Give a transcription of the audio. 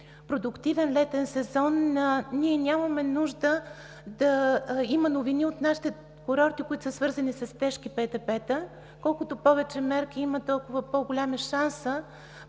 продуктивен летен сезон. Ние нямаме нужда да има новини от нашите курорти, свързани с тежки ПТП-та. Колкото повече мерки има, толкова по голям е шансът